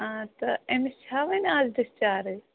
آ تہٕ أمِس چھا وۄنۍ آز ڈِسچارٕج